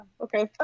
Okay